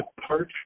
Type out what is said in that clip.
departure